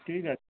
ঠিক আছে